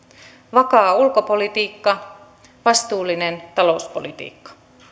vakaa ulkopolitikka vastuullinen talouspolitiikka